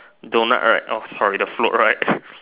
donut right oh sorry the float right